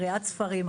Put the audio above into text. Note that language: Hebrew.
קריאת ספרים,